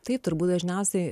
taip turbūt dažniausiai